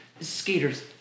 skaters